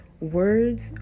Words